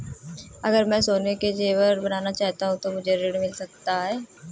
अगर मैं सोने के ज़ेवर बनाना चाहूं तो मुझे ऋण मिल सकता है?